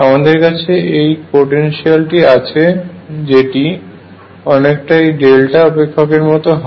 আমাদের কাছে এই পোটেনশিয়ালটি আছে যেটি অনেকটা এই ডেল্টা অপেক্ষকের মত হয়